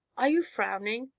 are you frowning?